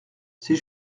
c’est